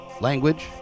language